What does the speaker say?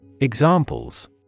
Examples